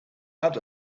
add